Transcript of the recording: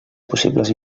possibles